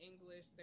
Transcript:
English